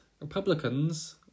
Republicans